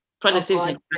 productivity